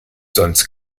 sonst